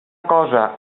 cosa